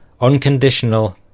...unconditional